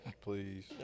please